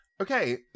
Okay